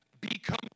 become